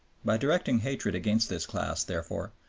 by directing hatred against this class, therefore,